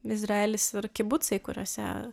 izraelis ir kibucai kuriuose